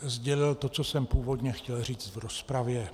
sdělil to, co jsem původně chtěl říct v rozpravě.